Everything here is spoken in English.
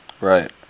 right